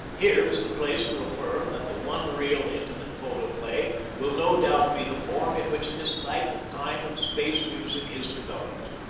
here is the place to affirm that the one-reel intimate photoplay will no doubt be the form in which this type of time-and-space music is developed.